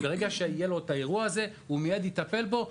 כדי שברגע שיגיע האירוע הזה ניתן יהיה מיד לטפל בו.